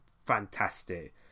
fantastic